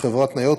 לחברת "ניות",